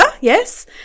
yes